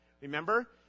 Remember